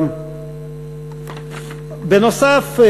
בנוסף,